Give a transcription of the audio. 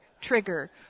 trigger